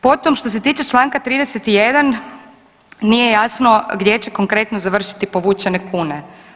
Potom, što se tiče čl. 31 nije jasno gdje će konkretno završiti povučene kune.